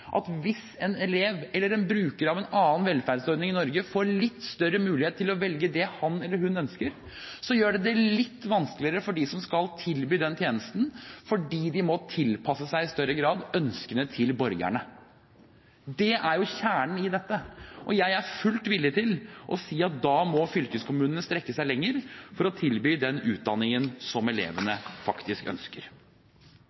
at hvis en elev eller en bruker av en annen velferdsordning i Norge får litt større mulighet til å velge det han eller hun ønsker, gjør det det litt vanskeligere for dem som skal tilby den tjenesten, fordi de i større grad må tilpasse seg ønskene til borgerne. Det er jo kjernen i dette. Jeg er fullt villig til å si at da må fylkeskommunene strekke seg lenger for å tilby den utdanningen som elevene